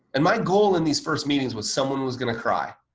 and my goal in these first meetings was someone was going to cry,